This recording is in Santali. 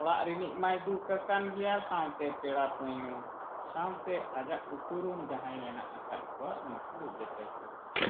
ᱚᱲᱟᱜ ᱨᱤᱱᱤᱡ ᱢᱟᱭ ᱫᱩᱠ ᱟᱠᱟᱱ ᱜᱮᱭᱟ ᱥᱟᱶᱛᱮ ᱯᱮᱲᱟ ᱯᱟᱹᱦᱬᱟᱹ ᱥᱟᱶᱛᱮ ᱟᱡᱟᱜ ᱩᱯᱩᱨᱩᱢ ᱡᱟᱦᱟᱸᱭ ᱢᱮᱱᱟᱜ ᱟᱠᱟᱫ ᱠᱚᱣᱟ ᱩᱱᱠᱩ ᱡᱷᱚᱛᱚ ᱠᱚ ᱫᱩᱠᱩᱜᱼᱟ